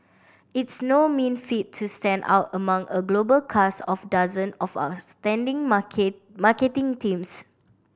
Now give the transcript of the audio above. it's no mean feat to stand out among a global cast of dozen of outstanding market marketing teams